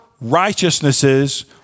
righteousnesses